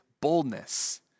boldness